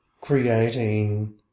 creating